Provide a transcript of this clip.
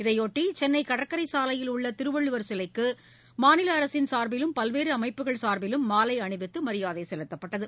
இதையொட்டி சென்னைகடற்ரைசாலையில் உள்ளதிருவள்ளுவர் சிலைக்குமாநிலஅரசின் சார்பிலம் பல்வேறுஅமைப்புகள் சாா்பிலும் மாலைஅணிவித்தமரியாதைசெலுத்தப்பட்டது